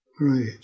Right